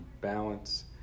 Balance